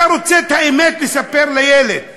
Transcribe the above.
אתה רוצה לספר את האמת לילד.